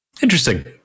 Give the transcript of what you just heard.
Interesting